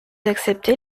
acceptez